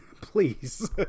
please